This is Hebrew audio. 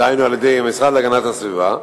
דהיינו על-ידי המשרד להגנת הסביבה,